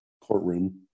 courtroom